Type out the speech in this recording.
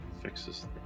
fixes